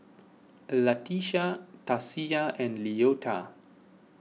Latisha Tasia and Leota